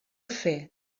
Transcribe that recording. fer